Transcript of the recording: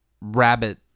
rabbit